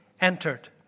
entered